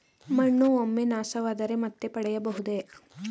ಮಣ್ಣು ಒಮ್ಮೆ ನಾಶವಾದರೆ ಮತ್ತೆ ಪಡೆಯಬಹುದೇ?